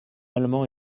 allemand